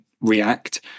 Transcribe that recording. React